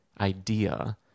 idea